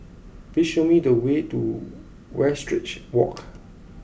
please show me the way to Westridge Walk